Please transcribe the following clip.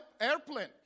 airplane